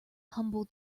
humble